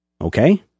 Okay